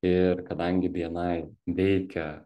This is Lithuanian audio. ir kadangi bni veikia